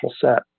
set